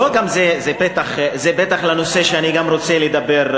לא, גם, זה פתח לנושא שאני רוצה לדבר,